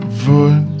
voice